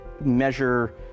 measure